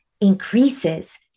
increases